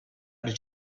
did